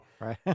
Right